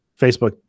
Facebook